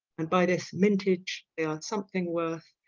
and by this mintage they are something worth,